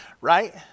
right